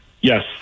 Yes